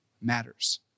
matters